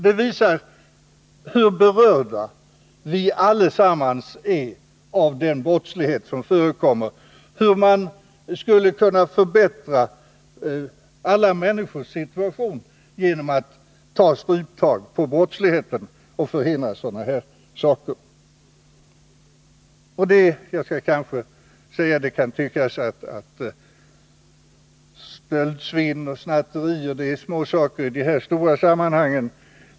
Detta visar hur vi allesammans berörs av den brottslighet som förekommer, hur man skulle kunna förbättra alla människors situation genom att ta struptag på brottsligheten och förhindra sådana här saker. Stöldsvinn och snatterier kan tyckas vara småsaker i de här stora sammanhangen.